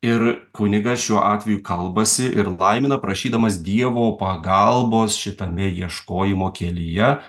ir kunigas šiuo atveju kalbasi ir laimina prašydamas dievo pagalbos šitame ieškojimo kelyje